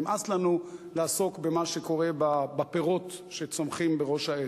נמאס לנו לעסוק במה שקורה בפירות שצומחים בראש העץ.